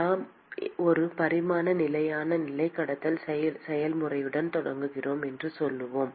நாம் ஒரு பரிமாண நிலையான நிலை கடத்தல் செயல்முறையுடன் தொடங்குகிறோம் என்று சொல்லலாம்